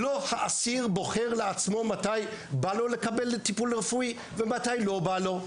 האסיר לא בוחר לעצמו מתי בא לו לקבל טיפול רפואי ומתי לא בא לו.